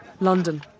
London